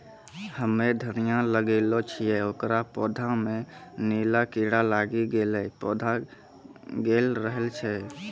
हम्मे धनिया लगैलो छियै ओकर पौधा मे नीला कीड़ा लागी गैलै पौधा गैलरहल छै?